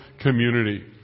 community